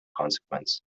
consequence